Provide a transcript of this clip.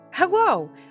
Hello